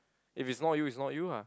if it's not you it's not you ah